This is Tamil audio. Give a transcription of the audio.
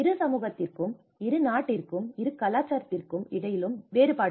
இரு சமூகத்திற்கும் இரு நாட்டிற்கும் இரு கலாச்சாரத்திற்கு இடையிலும் வேறுபடும்